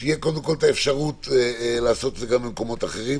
שתהיה קודם אפשרות לעשות את זה גם במקומות אחרים,